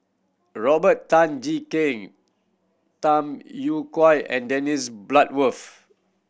Robert Tan Jee Keng Tham Yui Kai and Dennis Bloodworth